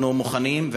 אנחנו מוכנים,